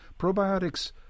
Probiotics